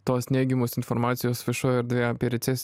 tos neigiamos informacijos viešojoj erdvėje apie recesiją ir